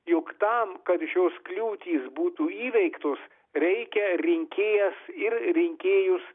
jog tam kad šios kliūtys būtų įveiktos reikia rinkėjas ir rinkėjus